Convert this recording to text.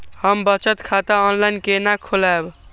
हम बचत खाता ऑनलाइन केना खोलैब?